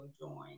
join